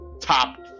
top